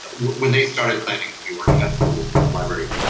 when they started planning to do orchestral library,